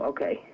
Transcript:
Okay